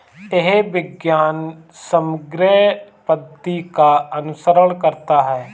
यह विज्ञान समग्र पद्धति का अनुसरण करता है